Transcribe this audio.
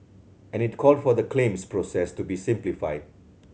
and it called for the claims process to be simplified